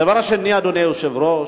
הדבר השני, אדוני היושב-ראש,